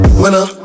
winner